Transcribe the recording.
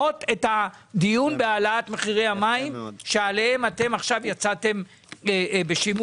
על העלאת מחירי המים לחקלאות בשעה שאין